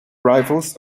rifles